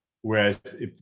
Whereas